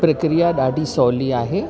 प्रक्रिया ॾाढी सहुली आहे